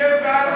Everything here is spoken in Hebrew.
שב ואל תעשה.